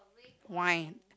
wine